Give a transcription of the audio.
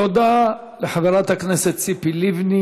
תודה לחברת הכנסת ציפי לבני.